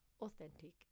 authentic